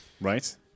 Right